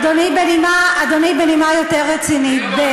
אדוני, בנימה יותר רצינית, לא, לא, רציני.